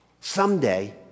Someday